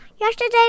yesterday